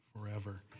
forever